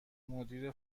مدیر